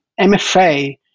MFA